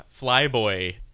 flyboy